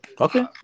Okay